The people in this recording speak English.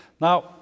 Now